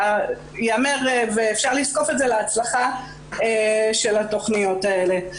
ואפשר לזקוף את זה להצלחה של התכניות האלה.